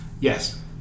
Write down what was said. Yes